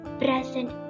present